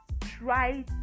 try